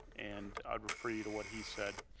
and ah refer you to what he said.